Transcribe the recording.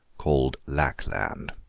called lackland